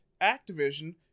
Activision